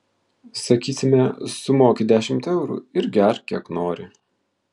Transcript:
sakysime sumoki dešimt eurų ir gerk kiek nori